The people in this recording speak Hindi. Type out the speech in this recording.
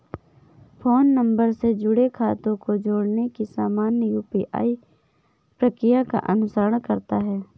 फ़ोन नंबर से जुड़े खातों को जोड़ने की सामान्य यू.पी.आई प्रक्रिया का अनुसरण करता है